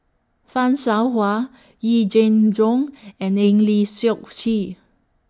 fan Shao Hua Yee Jenn Jong and Eng Lee Seok Chee